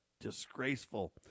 disgraceful